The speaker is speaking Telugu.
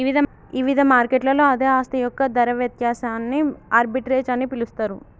ఇవిధ మార్కెట్లలో అదే ఆస్తి యొక్క ధర వ్యత్యాసాన్ని ఆర్బిట్రేజ్ అని పిలుస్తరు